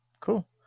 Cool